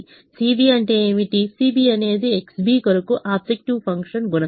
CB అంటే ఏమిటి CB అనేది XB కొరకు ఆబ్జెక్టివ్ ఫంక్షన్ గుణకం